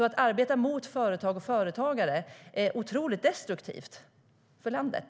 Att arbeta emot företagande och företagare är otroligt destruktivt för landet.